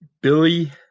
Billy